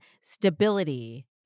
stability